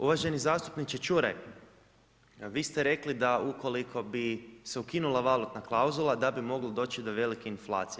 Uvaženi zastupniče Čuraj, vi ste rekli da ukoliko bi se ukinula valutna klauzula, da bi moglo doći do velike inflacije.